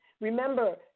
Remember